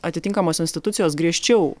atitinkamos institucijos griežčiau